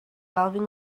loving